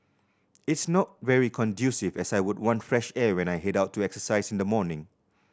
it's not very conducive as I would want fresh air when I head out to exercise in the morning